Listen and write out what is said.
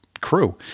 crew